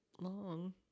long